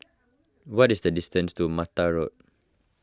what is the distance to Mattar Road